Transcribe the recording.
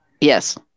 yes